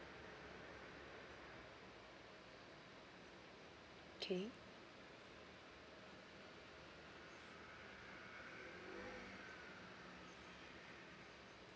okay